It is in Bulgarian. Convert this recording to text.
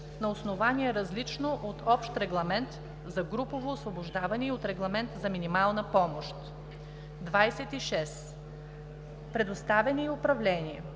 на основание, различно от общ регламент за групово освобождаване и от регламент за минимална помощ. 26. „Предоставяне и управляване“